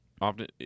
often